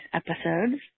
episodes